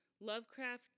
Lovecraft